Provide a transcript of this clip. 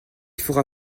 fera